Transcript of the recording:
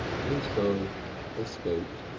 and so escaped.